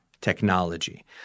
technology